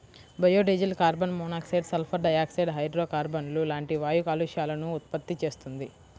biodiesel carbon monoxide, sulphur dioxide, హైడ్రోకార్బన్లు లాంటి వాయు కాలుష్యాలను ఉత్పత్తి చేస్తుంది